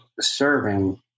serving